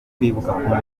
kwibuka